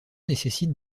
nécessite